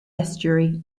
estuary